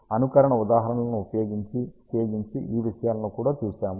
అనుకరణ ఉదాహరణలను ఉపయోగించి అనుకరణ ఉదాహరణలను ఉపయోగించి ఈ విషయాలను కూడా చూశాము